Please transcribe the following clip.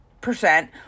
percent